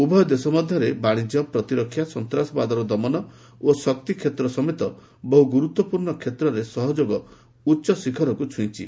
ଉଭୟ ଦେଶ ମଧ୍ୟରେ ବାଣିଜ୍ୟ ପ୍ରତିରକ୍ଷା ସନ୍ତାସବାଦର ଦମନ ଓ ଶକ୍ତି କ୍ଷେତ୍ର ସମେତ ବହୁ ଗୁରୁତ୍ୱପୂର୍ଣ୍ଣ କ୍ଷେତ୍ରରେ ସହଯୋଗ ଉଚ୍ଚଶିଖରକୁ ଛୁଇଁଛି